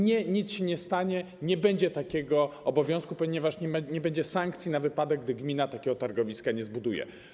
Nie, nic się nie stanie, nie będzie takiego obowiązku, ponieważ nie będzie sankcji w przypadku, gdy gmina takiego targowiska nie zbuduje.